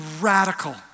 radical